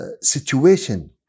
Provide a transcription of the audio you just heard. situation